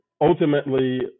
ultimately